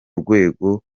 rwego